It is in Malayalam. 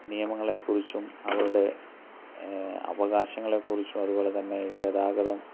നിയമങ്ങളെക്കുറിച്ചും അവരുടെ അവകാശങ്ങളെക്കുറിച്ചും അതുപോലെ തന്നെ ഗതാഗതം